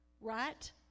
Right